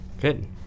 Good